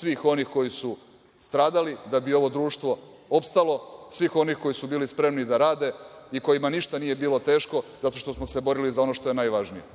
svih onih koji su stradali da bi ovo društvo opstalo, svih onih koji su bili spremni da rade i kojima ništa nije bilo teško, zato što smo se borili za ono što je najvažnije,